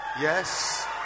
yes